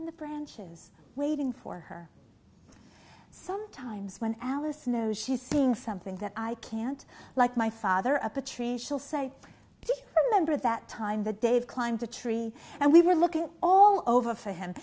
in the branches waiting for her sometimes when alice knows she's saying something that i can't like my father up a tree she'll say do you remember that time the dave climbed the tree and we were looking all over for him